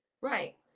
right